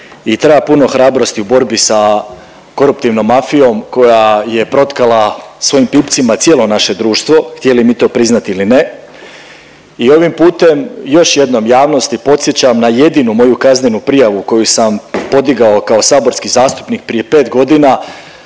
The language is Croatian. treba puno hrabrosti u borbi sa koruptivnom mafijom koja je protkala svojim pipcima cijelo naše društvo htjeli mi to priznati ili ne i ovim putem još jednom javnosti podsjećam na jedinu moju kaznenu prijavu koju sam podigao kao saborski zastupnik prije 5 godina.